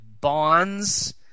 bonds